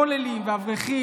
כוללים ואברכים,